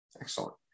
Excellent